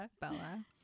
bella